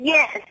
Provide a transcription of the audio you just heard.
Yes